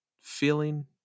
feeling